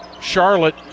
Charlotte